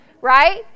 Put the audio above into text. right